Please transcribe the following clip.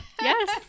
yes